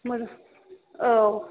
मोन औ